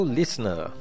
listener